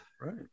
right